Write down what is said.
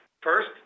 First